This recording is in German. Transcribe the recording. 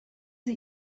sie